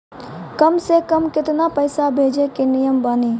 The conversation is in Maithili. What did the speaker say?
कम से कम केतना पैसा भेजै के नियम बानी?